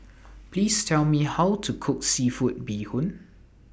Please Tell Me How to Cook Seafood Bee Hoon